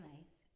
Life